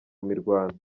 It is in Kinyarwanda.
mirwano